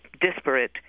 disparate